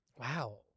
Wow